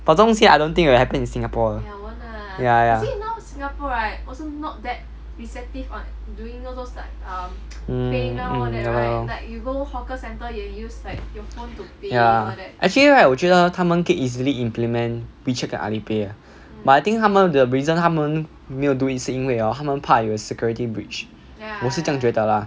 but 这种东西 I don't think will happen in singapore ya ya mm mm 我懂我懂 ya actually right 我觉得他们可以 easily implement WeChat 跟 Alipay leh but I think 他们 the reason 他们没有 do it 是因为 hor 他们怕有 security breach 我是这样觉得 lah